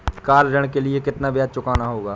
Car ऋण के लिए कितना ब्याज चुकाना होगा?